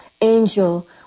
angel